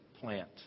plant